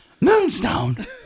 Moonstone